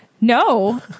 No